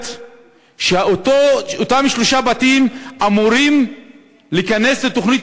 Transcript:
אומרת שאותם שלושה בתים אמורים להיכנס לתוכנית